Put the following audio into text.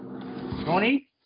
Tony